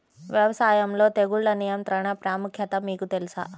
వ్యవసాయంలో తెగుళ్ల నియంత్రణ ప్రాముఖ్యత మీకు తెలుసా?